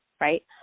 right